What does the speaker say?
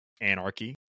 anarchy